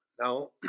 Now